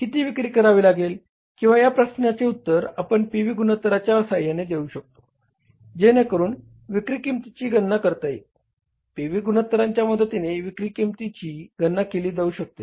आपल्याला किती विक्री करावी लागेल किंवा या प्रश्नाचे उत्तर आपण पी व्ही गुणोत्तरांच्या सहाय्याने देऊ शकतो जेणेकरून विक्री किंमतीची गणना करता येईल पी व्ही गुणोत्तरांच्या मदतीने विक्रीची किंमतीची गणना केली जाऊ शकते